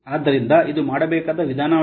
ಆದ್ದರಿಂದ ಇದು ಮಾಡಬೇಕಾದ ವಿಧಾನವಾಗಿದೆ